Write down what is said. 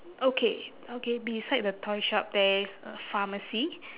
okay okay beside the toy shop there is a pharmacy